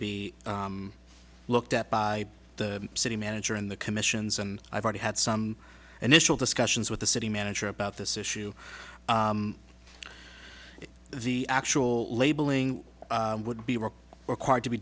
be looked at by the city manager and the commissions and i've already had some initial discussions with the city manager about this issue the actual labeling would be really required to be